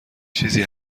چیزی